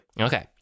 okay